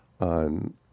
on